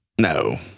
No